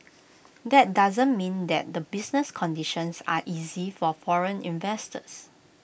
that doesn't mean their business conditions are easy for foreign investors